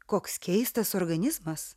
koks keistas organizmas